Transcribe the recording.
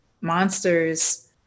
monsters